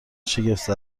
شگفت